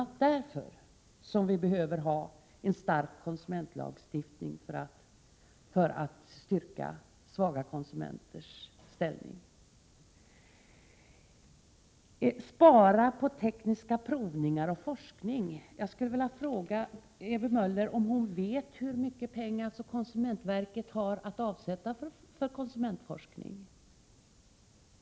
a. därför — för att stärka svaga konsumenters ställning — behöver vi ha en stark konsumentlagstiftning. Ewy Möller ville spara på tekniska provningar och forskning. Jag skulle vilja fråga Ewy Möller om hon vet hur mycket pengar konsumentverket har att avsätta för konsumentforskning.